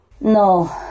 No